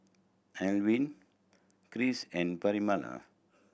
Elvin Chris and Pamella